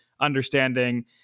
understanding